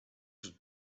had